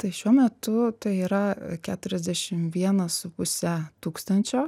tai šiuo metu tai yra keturiasdešim vienas su puse tūkstančio